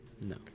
No